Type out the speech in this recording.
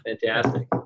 fantastic